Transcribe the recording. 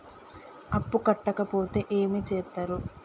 అప్పు కట్టకపోతే ఏమి చేత్తరు?